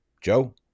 Joe